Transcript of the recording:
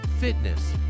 fitness